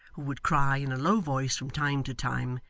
who would cry in a low voice from time to time,